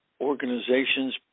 organization's